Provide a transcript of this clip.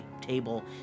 table